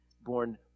born